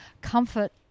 comfort